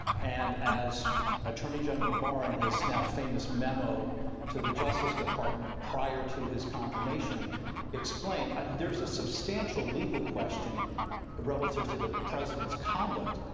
and, as attorney general barr in his now famous memo to the justice department prior to his confirmation explained, there's a substantial legal question relative to the president's conduct.